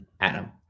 adam